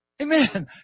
Amen